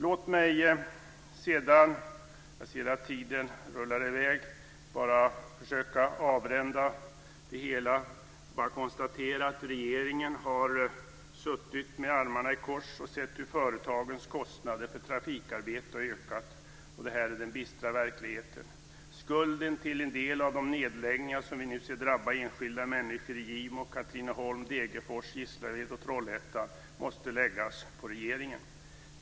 Låt mig sedan - jag ser att tiden rullar i väg - försöka avrunda mitt anförande med att konstatera att regeringen har suttit med armarna i kors och sett hur företagens kostnader för trafikarbete ökat. Detta är den bistra verkligheten. Skulden till en del av de nedläggningar som vi nu ser drabba enskilda människor i Gimo, Katrineholm, Degerfors, Gislaved och Trollhättan måste läggas på regeringen.